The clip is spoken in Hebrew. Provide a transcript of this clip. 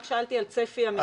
רק שאלתי על צפי המגיעים.